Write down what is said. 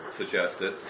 suggested